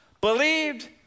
believed